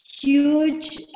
huge